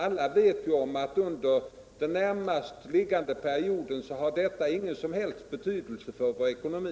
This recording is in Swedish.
Alla vet att under den närmast framförliggande perioden har detta ingen som helst betydelse för försvarets ekonomi.